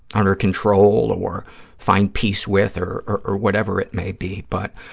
under control or find peace with or or whatever it may be. but